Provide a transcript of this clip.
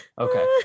okay